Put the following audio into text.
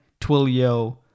Twilio